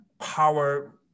power